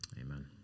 Amen